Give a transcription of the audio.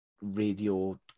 radio